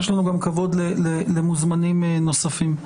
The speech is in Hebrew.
יש לנו גם כבוד למוזמנים נוספים.